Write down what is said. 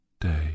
Day